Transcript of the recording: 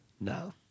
No